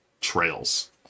Trails